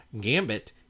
Gambit